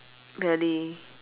really